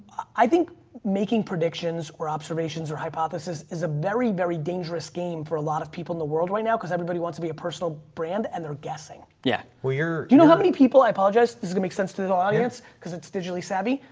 i think making predictions or observations or hypothesis is a very, very dangerous game for a lot of people in the world right now. cause everybody wants to be a personal brand and they're guessing. yeah. do you know how many people, i apologize, this is gonna make sense to the audience because it's digitally savvy.